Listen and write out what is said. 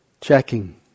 checking